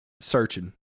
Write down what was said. searching